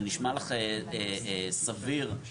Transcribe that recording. זה נשמע לך סביר לנהל חשבון?